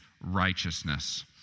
righteousness